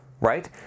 Right